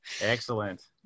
Excellent